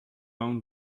own